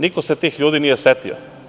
Niko se tih ljudi nije setio.